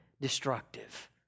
destructive